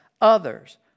others